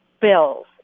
bills